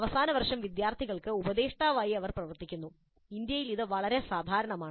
അവസാന വർഷ വിദ്യാർത്ഥികൾക്ക് ഉപദേഷ്ടാവായി അവർ പ്രവർത്തിക്കുന്നു ഇന്ത്യയിൽ ഇത് വളരെ സാധാരണമാണ്